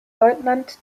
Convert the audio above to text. leutnant